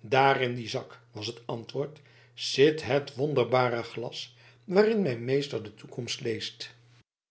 daar in dien zak was het antwoord zit het wonderbare glas waarin mijn meester de toekomst leest